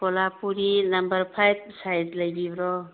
Kolhapuri number five size ꯂꯩꯕꯤꯕ꯭ꯔꯣ